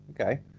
okay